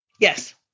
yes